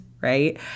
right